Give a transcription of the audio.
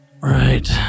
Right